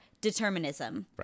determinism